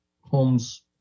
Holmes